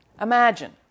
Imagine